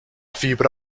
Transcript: fibra